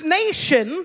nation